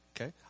Okay